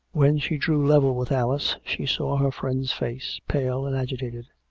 when she drew level with alice, she saw her friend's face, pale and agitated.